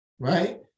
Right